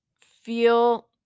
feel